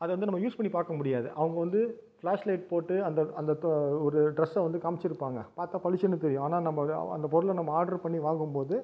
அத வந்து நம்ம யூஸ் பண்ணி பார்க்க முடியாது அவங்க வந்து ஃப்ளாஷ்லைட் போட்டு அந்த அந்த தொ ஒரு ட்ரஸ்ஸை வந்து காமிச்சிருப்பாங்க பார்த்தா பளிச்சுன்னு தெரியும் ஆனால் நம்ம இது அந்த பொருளை நம்ம ஆர்டர் பண்ணி வாங்கும்போது